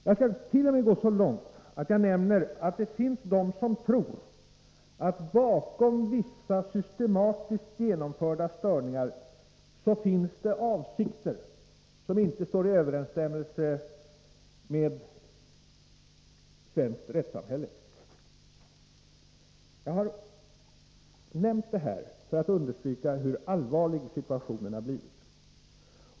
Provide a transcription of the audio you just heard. Jag skall t.o.m. gå så långt att jag nämner att det finns de som tror att bakom vissa systematiskt genomförda störningar finns avsikter, som inte står i överensstämmelse med svenskt rättssamhälle. Jag har nämnt detta för att understryka hur allvarlig situationen har blivit.